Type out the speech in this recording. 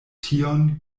tion